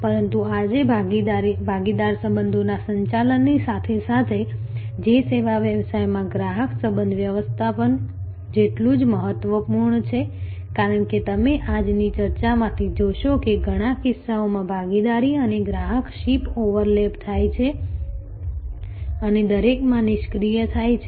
પરંતુ આજે ભાગીદાર સંબંધોના સંચાલનની સાથે સાથે જે સેવા વ્યવસાયમાં ગ્રાહક સંબંધ વ્યવસ્થાપન જેટલું જ મહત્વપૂર્ણ છે કારણ કે તમે આજની ચર્ચામાંથી જોશો કે ઘણા કિસ્સાઓમાં ભાગીદારી અને ગ્રાહક શિપ ઓવરલેપ થાય છે અને દરેકમાં નિષ્ક્રિય થાય છે